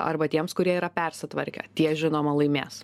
arba tiems kurie yra persitvarkę tie žinoma laimės